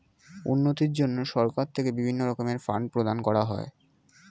উন্নতির জন্য সরকার থেকে বিভিন্ন রকমের ফান্ড প্রদান করা হয়